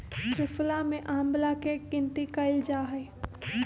त्रिफला में आंवला के गिनती कइल जाहई